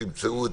תמצאו,